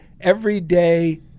everyday